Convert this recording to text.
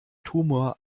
tumor